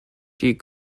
die